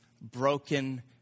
Broken